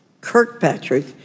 Kirkpatrick